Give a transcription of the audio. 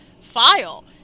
file